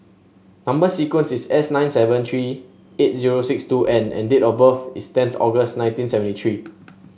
number sequence is S nine seven three eight zero six two N and date of birth is tenth August nineteen seventy three